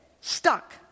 stuck